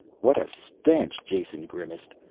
what a stench, jason grimaced.